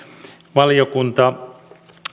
valiokunta